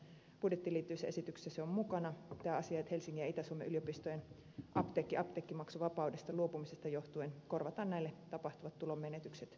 myös näissä budjettiin liittyvissä esityksissä on mukana tämä asia että helsingin ja itä suomen yliopistojen apteekkien apteekkimaksuvapaudesta luopumisesta johtuen korvataan näille tapahtuvat tulonmenetykset